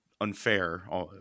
unfair